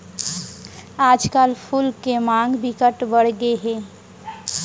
आजकल फूल के मांग बिकट बड़ गे हे